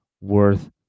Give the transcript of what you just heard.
worth